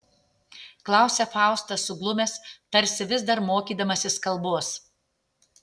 klausia faustas suglumęs tarsi vis dar mokydamasis kalbos